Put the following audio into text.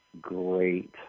great